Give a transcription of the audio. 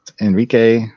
Enrique